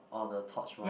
or the torch one